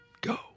go